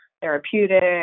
therapeutic